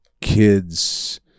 kids